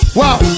wow